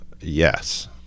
Yes